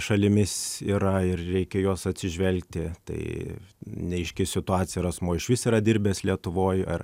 šalimis yra ir reikia į juos atsižvelgti tai neaiški situacija ar asmuo išvis yra dirbęs lietuvoj ar